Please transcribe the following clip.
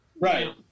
Right